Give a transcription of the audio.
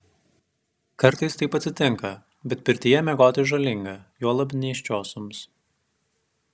kartais taip atsitinka bet pirtyje miegoti žalinga juolab nėščiosioms